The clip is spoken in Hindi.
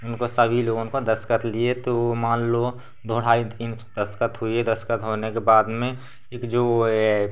उनको सभी लोगों को दस्तख़त लिए तो मान लो दो ढाई तीन सौ दस्तख़त हुए दस्तख़त होने के बाद में एक जो